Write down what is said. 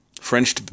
French